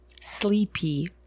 sleepy